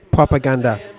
Propaganda